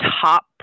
top